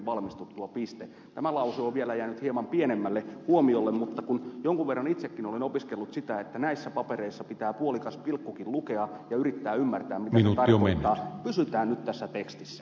tämä lause on vielä jäänyt hieman pienemmälle huomiolle mutta kun jonkin verran itsekin olen opiskellut sitä että näissä papereissa pitää puolikas pilkkukin lukea ja yrittää ymmärtää mitä se tarkoittaa niin pysytään nyt tässä tekstissä